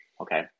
Okay